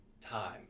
time